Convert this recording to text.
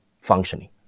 functioning